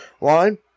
line